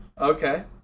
Okay